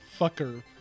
fucker